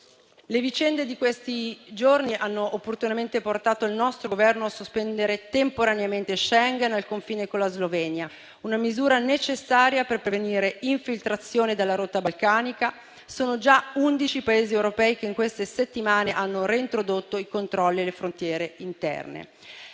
Le vicende di questi giorni hanno opportunamente portato il nostro Governo a sospendere temporaneamente Schengen al confine con la Slovenia, una misura necessaria per prevenire infiltrazione dalla rotta balcanica. Sono già undici i Paesi europei che in queste settimane hanno reintrodotto i controlli alle frontiere interne.